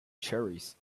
cherries